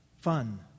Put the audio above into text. fun